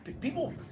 people